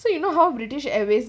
so you know how british airways